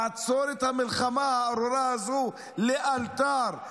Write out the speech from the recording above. לעצור את המלחמה הארורה הזו לאלתר,